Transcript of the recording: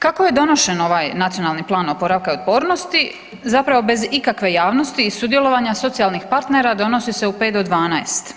Kako je donošen ovaj Nacionalni plan oporavka otpornosti, zapravo bez ikakve javnosti i sudjelovanja socijalnih partnera donosi se u pet do 12.